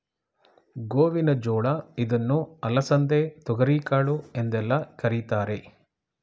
ಗೋವಿನ ಜೋಳ ಇದನ್ನು ಅಲಸಂದೆ, ತೊಗರಿಕಾಳು ಎಂದೆಲ್ಲ ಕರಿತಾರೆ